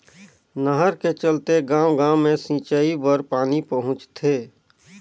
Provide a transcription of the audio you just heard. नहर के चलते गाँव गाँव मे सिंचई बर पानी पहुंचथे